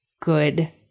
good